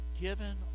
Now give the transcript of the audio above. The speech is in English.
given